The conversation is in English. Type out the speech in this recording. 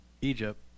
Egypt